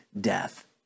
death